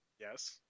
Yes